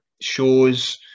shows